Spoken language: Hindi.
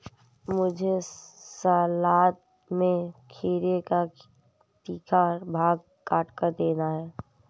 मुझे सलाद में खीरे का तीखा भाग काटकर देना